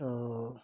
तो